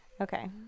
Okay